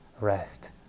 rest